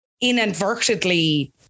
inadvertently